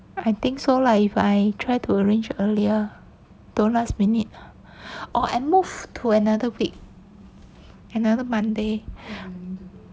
I think so lah if I try to arrange earlier don't last minute or I move to another week another monday